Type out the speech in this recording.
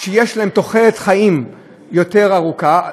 שתהיה להם תוחלת חיים יותר ארוכה,